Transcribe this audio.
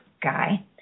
guy